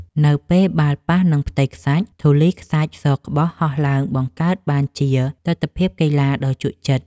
នៅពេលបាល់ប៉ះនឹងផ្ទៃខ្សាច់ ធូលីខ្សាច់សក្បុសហោះឡើងបង្កើតបានជាទិដ្ឋភាពកីឡាដ៏ជក់ចិត្ត។